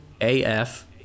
AF